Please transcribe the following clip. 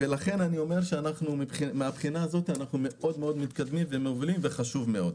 לכן מהבחינה הזאת אנחנו מאוד מתקדמים ומובילים וזה חשוב מאוד.